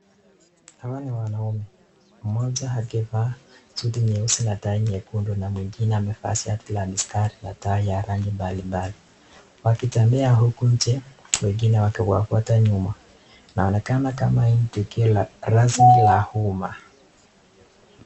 Hawa ni wanaume, mmoja akivaa siti nyeusi na tai nyekundu na mwingine amevaa shati la mistari na tai ya rangi mbalimbali wakitembea huku nje wengine wakiwafuata huko nyuma. inaonekana hii ni tukio la rasmi la umma.